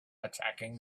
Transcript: attacking